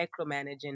micromanaging